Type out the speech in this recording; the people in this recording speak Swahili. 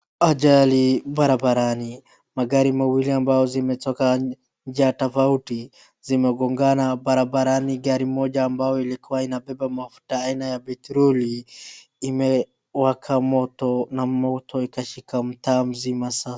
Ajali barabarani. Magari mawili ambazo zimetoka njia tofauti zimegongana barabarani gari moja ambayo ilikuwa imebeba mafuta aina ya petroli imewaka moto na moto ikashika mtaa mzima.